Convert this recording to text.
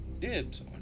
dibs